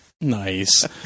Nice